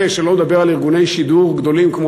שלא לדבר על ארגוני שידור גדולים כמו